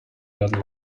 red